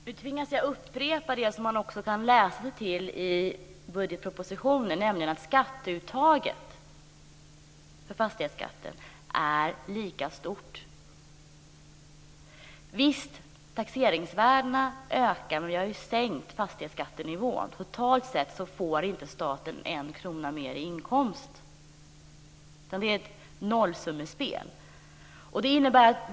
Fru talman! Nu tvingas jag upprepa det som man också kan läsa sig till i budgetpropositionen, nämligen att skatteuttaget för fastighetsskatten är lika stort. Visst ökar taxeringsvärdena, men vi har ju sänkt fastighetsskattenivån. Totalt sett får inte staten en krona mer i inkomst. Det är ett nollsummespel.